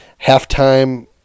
halftime